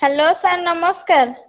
hello sir ନମସ୍କାର